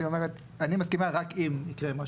אני מסכימה אם יקרה משהו,